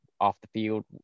off-the-field